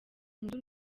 nkunda